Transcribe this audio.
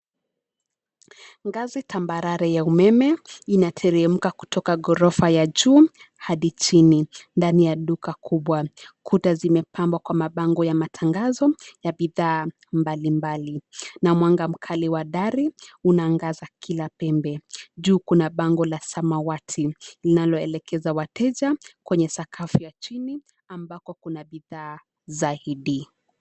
Ngazi tambarare ya umeme, inateremka kutoka ghorofa ya juu, hadi chini. Ndani ya duka kubwa, kuta zimepambwa kwa mabango ya matangazo, ya bidhaa mbalimbali. Na mwanga mkali wa dari, unaangaza kila pembe. Juu kuna bango la samawati, linaloelekeza wateja, kwenye sakafu ya chini, ambako kuna bidhaa zaidi.